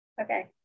Okay